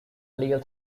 legal